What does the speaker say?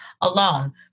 alone